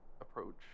approach